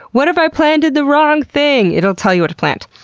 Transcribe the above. what if i planted the wrong thing? it will tell you what to plant.